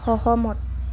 সহমত